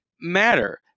matter